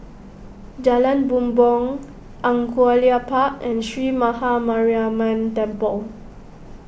Jalan Bumbong Angullia Park and Sree Maha Mariamman Temple